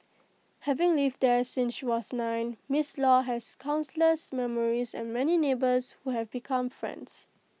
having lived there since she was nine miss law has countless memories and many neighbours who have become friends